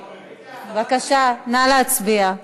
בבקשה, נא להצביע.